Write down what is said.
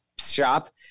shop